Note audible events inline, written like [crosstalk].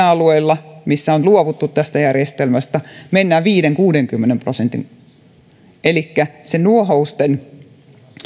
[unintelligible] alueilla missä on luovuttu tästä järjestelmästä mennään viiteenkymmeneen viiva kuuteenkymmeneen prosenttiin elikkä se nuohousten